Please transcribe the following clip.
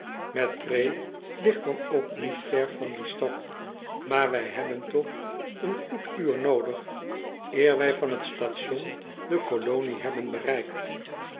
mettray ligt dan ook niet ver van die stad maar wij hebben toch een goed uur noodig eer wij van het station de colonie hebben bereikt